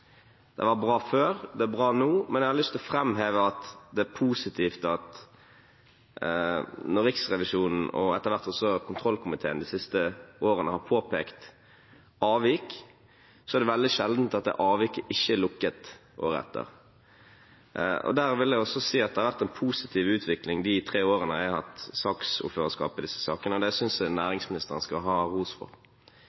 Det var bra før, og det er bra nå. Men jeg har lyst til å framheve at det er positivt at når Riksrevisjonen og etter hvert også kontrollkomiteen de siste årene har påpekt avvik, så er det veldig sjelden at det avviket ikke er lukket året etter. Der vil jeg også si at det har vært en positiv utvikling de tre årene jeg har hatt saksordførerskapet i disse sakene, og det synes jeg